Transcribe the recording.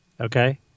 Okay